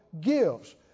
gives